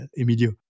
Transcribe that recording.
Emilio